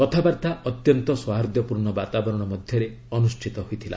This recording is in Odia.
କଥାବାର୍ତ୍ତା ଅତ୍ୟନ୍ତ ସୌହାର୍ଦ୍ଧ୍ୟପୂର୍ଣ୍ଣ ବାତାବରଣ ମଧ୍ୟରେ ଅନୁଷ୍ଠିତ ହୋଇଥିଲା